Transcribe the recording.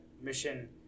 mission